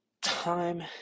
time